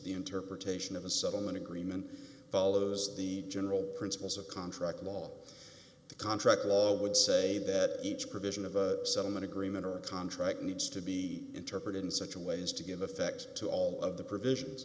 the interpretation of a settlement agreement follows the general principles of contract law the contract law would say that each provision of a settlement agreement or contract needs to be interpreted in such a way is to give effect to all of the provisions